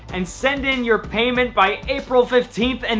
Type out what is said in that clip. and send in your payment by april fifteenth. and